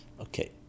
Okay